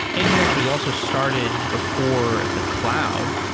and nginx was also started before the cloud.